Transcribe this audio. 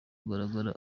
kugaragara